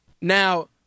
Now